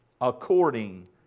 according